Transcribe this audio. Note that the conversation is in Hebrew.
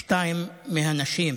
שתיים מהנשים,